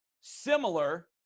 similar